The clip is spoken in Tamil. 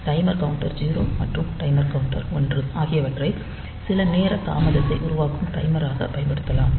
டைமர் கவுண்டர் 0 மற்றும் டைமர் கவுண்டர் 1 ஆகியவற்றைச் சில நேர தாமதத்தை உருவாக்கும் டைமராகப் பயன்படுத்தப்படலாம்